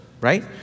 right